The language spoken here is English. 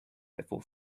before